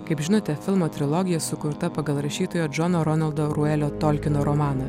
kaip žinote filmo trilogija sukurta pagal rašytojo džono ronaldo ruelio tolkino romaną